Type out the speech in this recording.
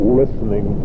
listening